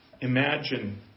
Imagine